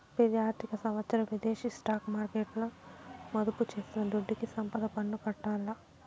పెతి ఆర్థిక సంవత్సరం విదేశీ స్టాక్ మార్కెట్ల మదుపు చేసిన దుడ్డుకి సంపద పన్ను కట్టాల్ల